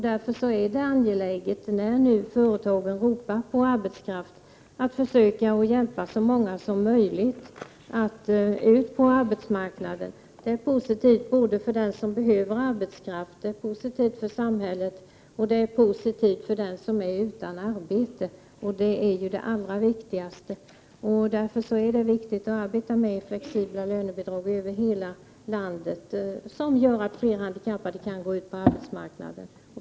Därför är det angeläget, när nu företagen ropar på arbetskraft, att försöka hjälpa så många som möjligt att komma ut på arbetsmarknaden. Det är positivt för den som behöver arbetskraft, för samhället och för den som är utan arbete, vilket är det allra viktigaste. Därför är det angeläget att arbeta med flexibla lönebidrag över hela landet, som gör att fler handikappade kan gå ut på arbetsmarknaden.